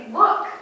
look